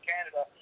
Canada